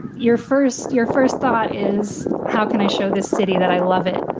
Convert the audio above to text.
your first your first thought is how can i show this city that i love it.